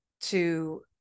to-